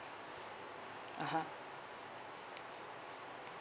(uh huh)